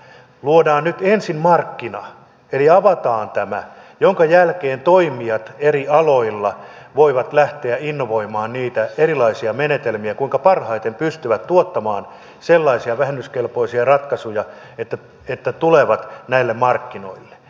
luodaan nyt ensin markkina eli avataan tämä minkä jälkeen toimijat eri aloilla voivat lähteä innovoimaan niitä erilaisia menetelmiä kuinka parhaiten pystyvät tuottamaan sellaisia vähennyskelpoisia ratkaisuja että tulevat näille markkinoille